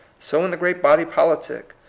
so in the great body politic.